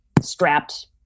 strapped